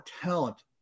talent